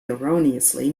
erroneously